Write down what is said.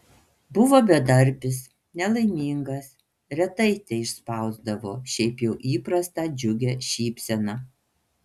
buvo bedarbis nelaimingas retai teišspausdavo šiaip jau įprastą džiugią šypseną